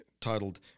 titled